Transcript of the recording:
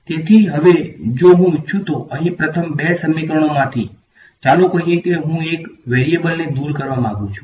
તેથી હવે જો હું ઇચ્છું તો અહીં પ્રથમ બે સમીકરણોમાંથી ચાલો કહીએ કે હું એક વેરીએબલને દૂર કરવા માંગુ છું